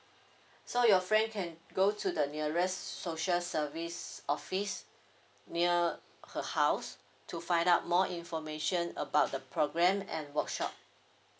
so your friend can go to the nearest social service office near her house to find out more information about the programme and workshop